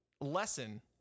lesson